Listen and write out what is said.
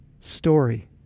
story